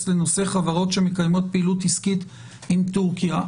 לנושא חברות שמקיימות פעילות עסקית עם טורקיה.